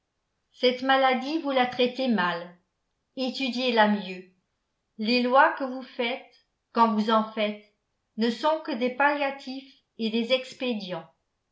cette maladie vous la traitez mal étudiez là mieux les lois que vous faites quand vous en faites ne sont que des palliatifs et des expédients